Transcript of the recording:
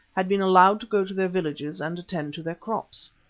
had been allowed to go to their villages and attend to their crops.